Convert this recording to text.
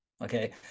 okay